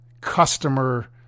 customer